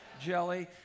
jelly